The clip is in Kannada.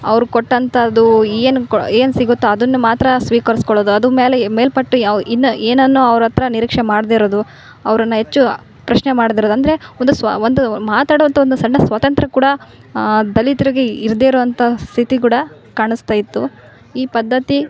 ಅವ್ರು ಕೊಟ್ಟಂಥದ್ದು ಏನು ಕೋ ಏನು ಸಿಗತ್ತೆ ಅದನ್ನ ಮಾತ್ರ ಸ್ವೀಕರ್ಸ್ಕೊಳದು ಅದು ಮೇಲೆ ಮೇಲ್ಪಟ್ಟು ಯಾವ ಇನ್ನ ಏನನ್ನು ಅವ್ರ ಹತ್ರ ನಿರೀಕ್ಷೆ ಮಾಡ್ದಿರದು ಅವರನ್ನ ಹೆಚ್ಚು ಪ್ರಶ್ನೆ ಮಾಡ್ದಿರದು ಅಂದರೆ ಒಂದು ಸ್ವ ಒಂದು ಮಾತಾಡುವಂಥ ಒಂದು ಸಣ್ಣ ಸ್ವಾತಂತ್ರ್ಯ ಕೂಡ ದಲಿತಿಗೆ ಇರ್ದೆ ಇರೋವಂಥ ಸ್ಥಿತಿ ಕೂಡ ಕಾಣಿಸ್ತಾ ಇತ್ತು ಈ ಪದ್ಧತಿ